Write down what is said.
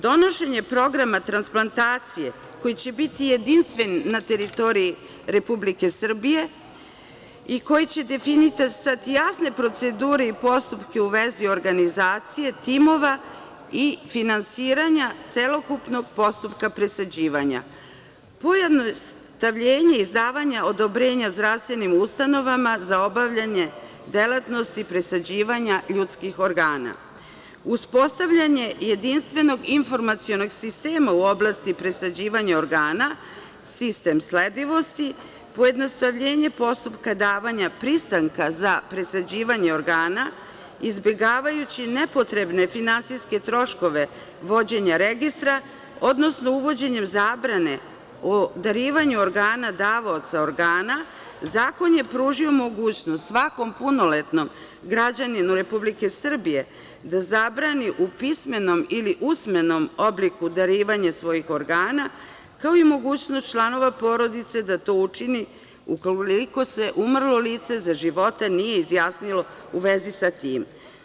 Donošenje programa transplantacije koji je biti jedinstven na teritoriji Republike Srbije i koji će definisati jasne procedure i postupke u vezi organizacije timova i finansiranja celokupnog postupka presađivanja, pojednostavljenje izdavanja odobrenja zdravstvenim ustanovama za obavljanje delatnosti presađivanja ljudskih organa, uspostavljanje jedinstvenog informacionog sistema u oblasti presađivanja organa, sistem sledivosti, pojednostavljenje postupka davanja pristanka za presađivanje organa, izbegavajući nepotrebne finansijske troškove vođenja registra, odnosno uvođenjem zabrane o darivanju organa davaoca organa, zakon je pružio mogućnost svakom punoletnom građaninu Republike Srbije da zabrani u pismenom ili usmenom obliku darivanje svojih organa, kao i mogućnost članova porodice da to učini ukoliko se umrlo lice za života nije izjasnilo u vezi sa tim.